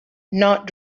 not